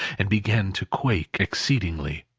and began to quake exceedingly.